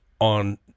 on